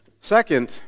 Second